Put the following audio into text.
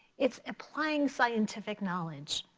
it's applying scientific knowledge.